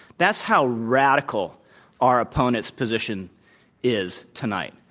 that's how radical our opponents' position is tonight.